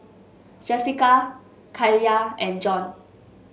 Jessika Kaiya and Jon